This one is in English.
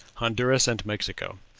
honduras and mexico,